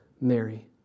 Mary